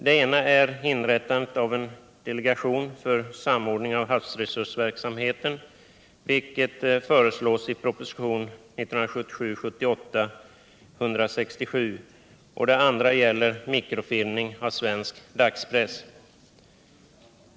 Det ena är inrättandet av en delegation för samordning av havsresursverksamheten, vilket föreslås i propositionen 1977/78:167, och det andra gäller mikrofilmning av svensk dagspress.